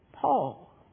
Paul